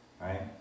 right